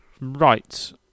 Right